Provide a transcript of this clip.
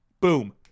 Boom